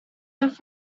off